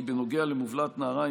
יצוין כי בנוגע למובלעת נהריים,